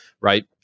right